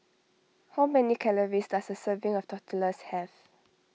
how many calories does a serving of Tortillas have